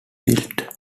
built